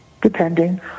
depending